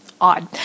Odd